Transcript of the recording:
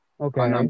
Okay